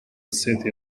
city